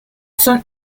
son